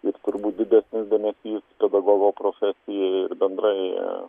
ir turbūt didesnis dėmesys pedagogo profesijai ir bendrai